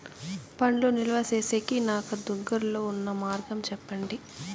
పండ్లు నిలువ సేసేకి నాకు దగ్గర్లో ఉన్న మార్గం చెప్పండి?